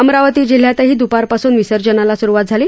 अमरावती जिल्ह्यातही द्पार पासून विसर्जनाला स्रुवात झाली